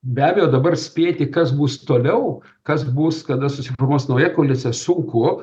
be abejo dabar spėti kas bus toliau kas bus kada susiformuos nauja koalicija sunku